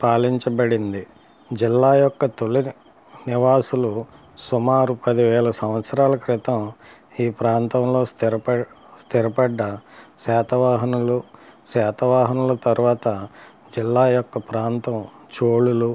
పాలించబడింది జిల్లా యొక్క తొలి నివాసులు సుమారు పదివేల సంవత్సరాల క్రితం ఈ ప్రాంతంలో స్థిరప స్థిరపడ్డ శాతవాహనులు శాతవాహనుల తర్వాత జిల్లా యొక్క ప్రాంతం చోళులు